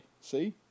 see